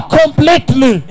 completely